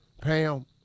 Pam